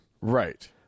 right